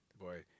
Boy